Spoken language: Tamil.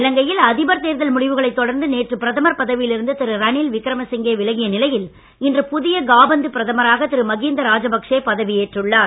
இலங்கையில் அதிபர் தேர்தல் முடிவுகளைத் தொடர்ந்து நேற்று பிரதமர் பதவியில் இருந்து திரு ரணில் விக்ரமசிங்கே விலகிய நிலையில் இன்று புதிய காபந்து பிரதமராக திரு மகீந்த ராஜபக்சே பதவி ஏற்றுள்ளார்